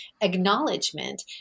acknowledgement